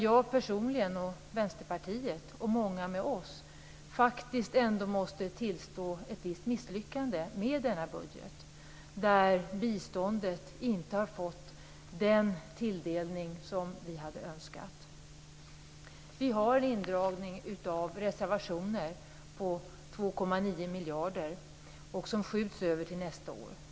Jag personligen, Vänsterpartiet och många med oss måste ändå faktiskt tillstå ett visst misslyckande med denna budget, där biståndet inte har fått den tilldelning som vi hade önskat. Vi har indragning av reservationer på 2,9 miljarder och som skjuts över till nästa år.